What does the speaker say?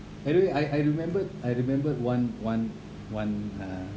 by the way I I remembered I remembered one one one uh